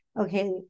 okay